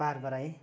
पार गराएँ